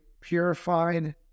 purified